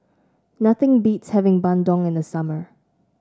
nothing beats having bandung in the summer